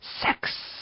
sex